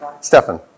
Stefan